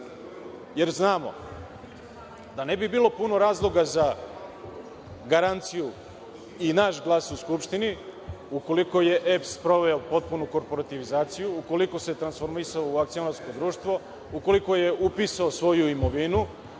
jer znamo da ne bi bilo puno razloga za garanciju i naš glas u Skupštini, ukoliko je EPS sproveo potpuno korporativizaciju, ukoliko se transformisao u akcionarsko društvo, ukoliko je upisao svoju imovinu,